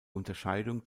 unterscheidung